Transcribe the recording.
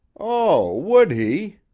oh, would he?